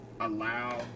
allow